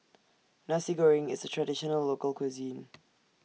Nasi Goreng IS A Traditional Local Cuisine